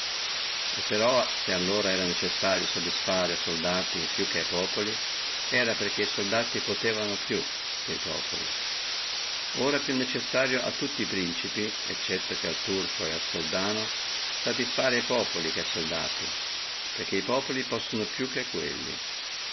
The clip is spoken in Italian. e però se allora era necessario satisfare più a soldati che a populi era perché soldati potevano più che e populi ora è più necessario a tutti e principi eccetto che al turco et al soldano satisfare a populi che a soldati perché e populi possono più di quelli